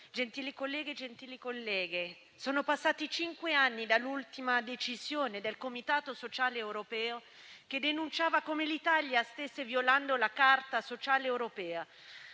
gentili colleghi e gentili colleghe, sono passati cinque anni dall'ultima decisione del Comitato economico e sociale europeo, che denunciava come l'Italia stesse violando la Carta sociale europea.